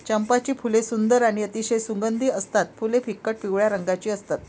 चंपाची फुले सुंदर आणि अतिशय सुगंधी असतात फुले फिकट पिवळ्या रंगाची असतात